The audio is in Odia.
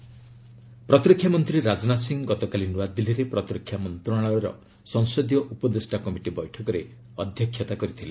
ରାଜନାଥ ବ୍ରୋ ମିଟ୍ ପ୍ରତିରକ୍ଷା ମନ୍ତ୍ରୀ ରାଜନାଥ ସିଂ ଗତକାଲି ନ୍ତାଦିଲ୍ଲୀରେ ପ୍ରତିରକ୍ଷା ମନ୍ତ୍ରଣାଳୟର ସଂସଦୀୟ ଉପଦେଷ୍ଟା କମିଟି ବୈଠକରେ ଅଧ୍ୟକ୍ଷତା କରିଥିଲେ